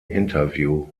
interview